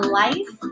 life